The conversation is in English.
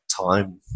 time